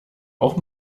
auch